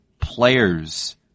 players